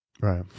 Right